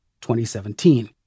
2017